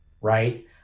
right